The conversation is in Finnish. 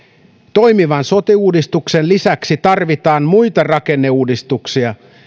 toimivan sote uudistuksen lisäksi tarvitaan muita rakenneuudistuksia